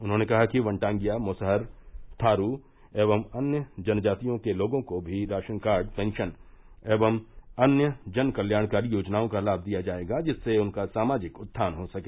उन्होंने कहा कि वनटांगियां मुसहर थारू एवं अन्य जन जातियों के लोगों को भी राशन कार्ड पेंशन एवं अन्य जन कल्याणकारी योजनाओं का लाभ दिया जायेगा जिससे उनका सामाजिक उत्थान हो सके